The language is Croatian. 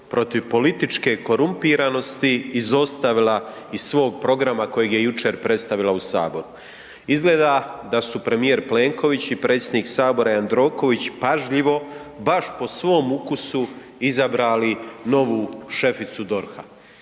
protiv političke korumpiranosti izostavila iz svog programa kojeg je jučer predstavila u Saboru. Izgleda da su premijer Plenković i predsjednik Sabora Jandroković pažljivo baš po svom ukusu izabrali novu šeficu DORH-a.